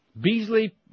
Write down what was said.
Beasley